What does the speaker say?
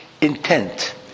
intent